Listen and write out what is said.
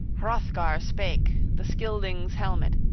hrothgar spake, the scyldings'-helmet